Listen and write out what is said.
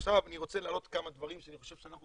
עכשיו אני רוצה להעלות כמה דברים שאני חושב שאנחנו